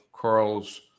Carl's